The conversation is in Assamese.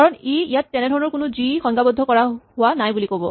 কাৰণ ই ইয়াত তেনেধৰণৰ কোনো জি সংজ্ঞাবদ্ধ কৰা হোৱা নাই বুলি ক'ব